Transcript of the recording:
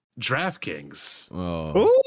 DraftKings